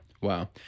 Wow